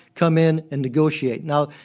come in and negotiate. now,